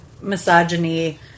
Misogyny